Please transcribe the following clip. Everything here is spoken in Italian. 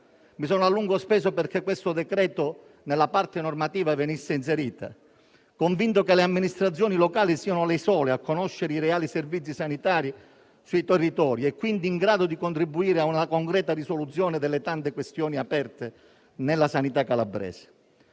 Mi sono a lungo speso perché tale previsione venisse inserita nella parte normativa, convinto che le amministrazioni locali siano le sole a conoscere i reali servizi sanitari sui territori e, quindi, in grado di contribuire a una concreta risoluzione delle tante questioni aperte nella sanità calabrese.